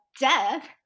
death